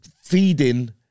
feeding